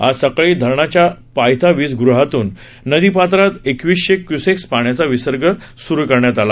आज सकाळी धरणाच्या पायथा वीजगृहातून नदीपात्रात एकवीसशे क्युसेक्स पाण्याचा विसर्ग सुरु करण्यात आला